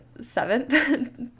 seventh